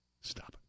Stop